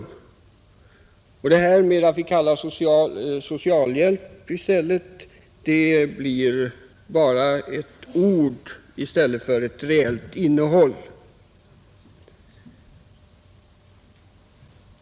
Det som vi kallar socialhjälp blir då i stället bara ett ord utan reellt innehåll.